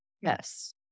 Yes